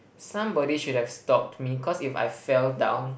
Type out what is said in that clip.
somebody should have stopped me cause if I fell down